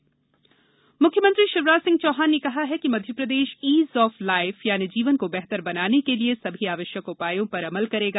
CM webinar मुख्यमंत्री शिवराज सिंह चौहान ने कहा है कि मध्यप्रदेश ईज ऑफ लाईफ यानि जीवन को बेहतर बनाने के लिये सभी आवश्यक उपायों पर अमल करेगा